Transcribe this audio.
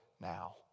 now